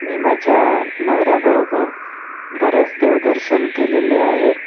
मी माझ्या नवऱ्याबरोबर बऱ्याच देवदर्शन केलेले आहेत